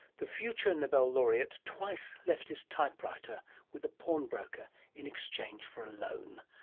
the future nobel laureate twice left his typewriter with a pawnbroker in exchange for a loan.